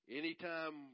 anytime